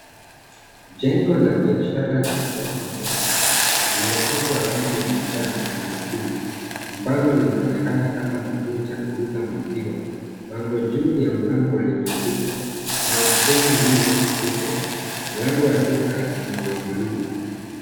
Jengo la biashara la ghorofa mmoja lililo pakwa rangi ya manjano na bluu ambalo linaonekana kama kituo cha kuuza maziwa. Bango juu ya mlango limeandikwa Mount kenya milk depot mlango wa duka ni wa bluu.